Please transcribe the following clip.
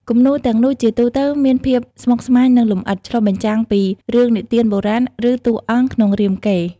គំនូរទាំងនោះជាទូទៅមានភាពស្មុគស្មាញនិងលម្អិតឆ្លុះបញ្ចាំងពីរឿងនិទានបុរាណឬតួអង្គក្នុងរាមកេរ្តិ៍។